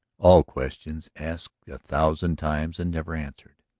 all questions asked a thousand times and never answered.